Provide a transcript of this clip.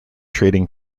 trading